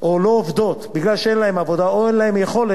או לא עובדות מפני שאין להן עבודה או אין להן יכולת,